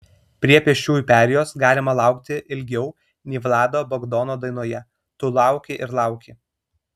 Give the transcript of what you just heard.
prie pėsčiųjų perėjos galima laukti ilgiau nei vlado bagdono dainoje tu lauki ir lauki